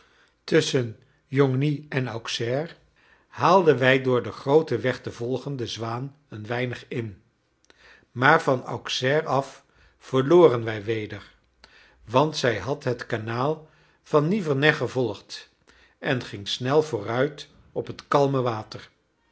tusschen joigny en auxerre haalden wij door den grooten weg te volgen de zwaan een weinig in maar van auxerre af verloren wij weder want zij had het kanaal van nivernais gevolgd en ging snel vooruit op het kalme water